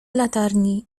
latarni